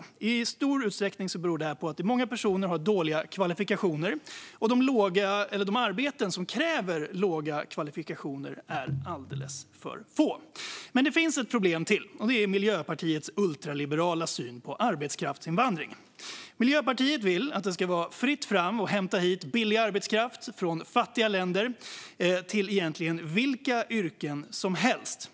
Det beror i stor utsträckning på att många personer har låga kvalifikationer, och de arbeten som kräver låga kvalifikationer är alldeles för få. Men det finns ett problem till: Miljöpartiets ultraliberala syn på arbetskraftsinvandringen. Miljöpartiet vill att det ska vara fritt fram att hämta hit billig arbetskraft från fattiga länder till egentligen vilka yrken som helst.